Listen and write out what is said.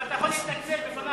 אבל אתה יכול להתנצל בפניו.